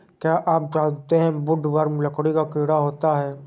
क्या आप जानते है वुडवर्म लकड़ी का कीड़ा होता है?